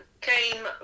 came